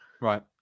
right